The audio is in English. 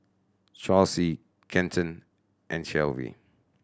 Chauncey Kenton and Clevie